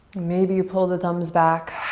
maybe you pull the thumbs back.